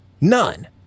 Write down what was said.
None